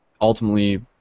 ultimately